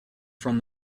from